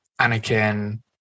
Anakin